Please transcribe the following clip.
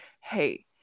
Hey